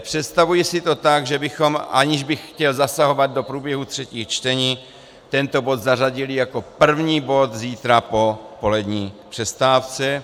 Představuji si to tak, že bychom aniž bych chtěl zasahovat do průběhu třetích čtení tento bod zařadili jako první bod zítra po polední přestávce.